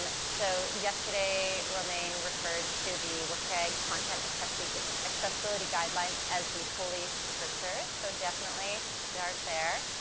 um so, yesterday, romain referred to the wcag content accessibility accessibility guidelines as the holy scriptures. so, definitely, start there.